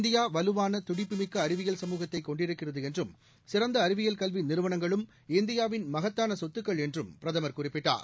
India வலுவான துடிப்புமிக்க அறிவியல் சமூகத்தை கொண்டிருக்கிறது என்றும் சிறந்த அறிவியல் கல்வி நிறுவனங்களும் இந்தியாவின் மகத்தான சொத்துக்கள் என்றும் பிரதமர் குறிப்பிட்டார்